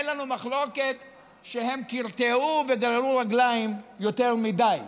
אין לנו מחלוקת שהן קרטעו וגררו רגליים יותר מדי.